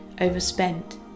overspent